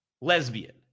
lesbian